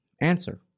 answer